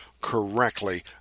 correctly